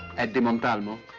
at a um um time. ah